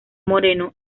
moreno